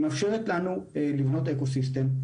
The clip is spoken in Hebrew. היא מאפשר לנו לבנות אקוסיסטם.